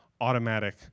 automatic